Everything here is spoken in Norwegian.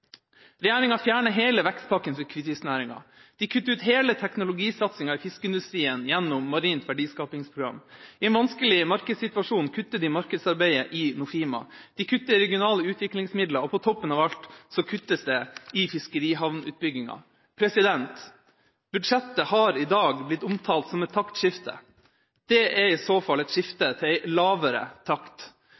Regjeringa fjerner hele vekstpakken for hvitfisknæringa. De kutter ut hele teknologisatsinga i fiskeindustrien gjennom Marint verdiskapingsprogram. I en vanskelig markedssituasjon kutter de markedsarbeidet i Nofima. De kutter i regionale utviklingsmidler, og på toppen av alt kuttes det i fiskerihavnutbygginga. Budsjettet har i dag blitt omtalt som et taktskifte. Det er i så fall et skifte til en lavere takt.